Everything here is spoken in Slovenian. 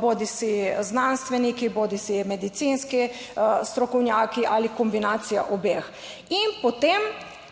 bodisi znanstveniki bodisi medicinski strokovnjaki ali kombinacija obeh. In potem